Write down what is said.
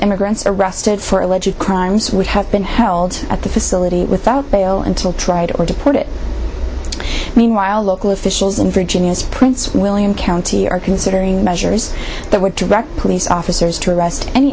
immigrants arrested for alleged crimes would have been held at the facility without bail until tried or to put it meanwhile local officials in virginia's prince william county are considering measures that would direct police officers to arrest any